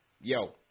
Yo